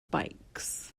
bikes